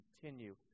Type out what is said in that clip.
continue